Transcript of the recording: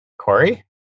Corey